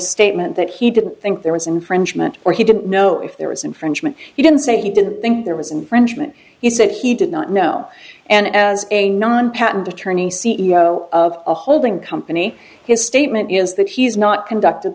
statement that he didn't think there was infringement or he didn't know if there was infringement he didn't say he didn't think there was infringement he said he did not know and as a non patent attorney c e o of a holding company his statement is that he's not conducted